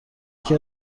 یکی